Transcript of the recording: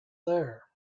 there